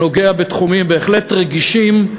שנוגע בתחומים בהחלט רגישים,